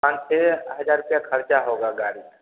पाँच छः हज़ार रुपया खर्चा होगा गाड़ी में